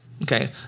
Okay